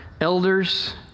elders